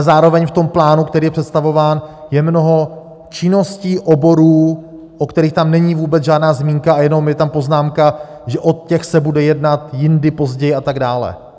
Zároveň ale v tom plánu, který je představován, je mnoho činností, oborů, o kterých tam není vůbec žádná zmínka a jenom je tam poznámka, že o těch se bude jednat jindy, později, a tak dále.